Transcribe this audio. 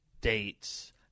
dates